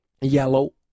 yellow